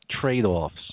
trade-offs